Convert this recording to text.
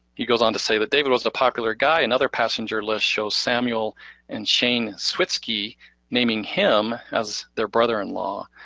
he goes on to say that, david was a popular guy. another passenger list shows samuel and chane switsky naming him as their brother-in-law.